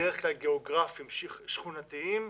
בדרך כלל גיאוגרפיים שכונתיים,